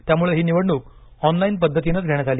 त्यामुळे ही निवडणूक ऑनलाइन पद्धतीनंच घेण्यात आली